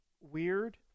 weird